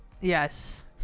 Yes